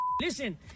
Listen